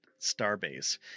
Starbase